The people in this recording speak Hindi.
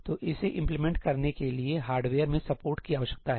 तो इसे इंप्लीमेंटकरने के लिए हार्डवेयर में सपोर्ट की आवश्यकता है